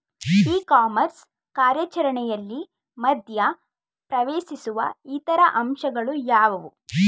E commerce ಕಾರ್ಯಾಚರಣೆಯಲ್ಲಿ ಮಧ್ಯ ಪ್ರವೇಶಿಸುವ ಇತರ ಅಂಶಗಳು ಯಾವುವು?